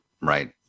Right